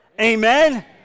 Amen